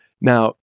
Now